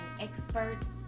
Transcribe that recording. experts